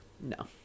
no